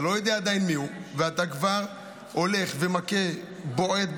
אתה לא יודע מיהו, ואתה כבר הולך ומכה ובועט.